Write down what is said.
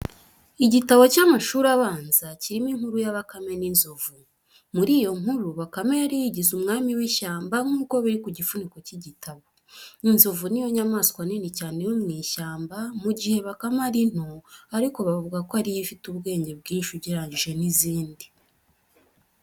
Igitabo cy'amashuri abanza kirimo inkuru ya bakame n'inzovu. Muri iyo nkuru, Bakame yari yigize umwami w'ishyamba nk'uko biri ku gifuniko cy'igitabo. Inzovu niyo nyamaswa nini cyane yo mu ishyamba, mu gihe bakame ari nto ariko bavuga ko ariyo ifite ubwenge bwinshi ugereranyije n'izindi.